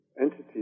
entity